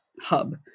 hub